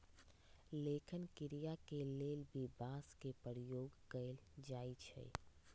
लेखन क्रिया के लेल भी बांस के प्रयोग कैल जाई छई